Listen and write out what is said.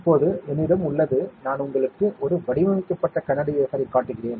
இப்போது என்னிடம் உள்ளது நான் உங்களுக்கு ஒரு வடிவமைக்கப்பட்ட கண்ணாடி வேஃபர் ஐ காட்டுகிறேன்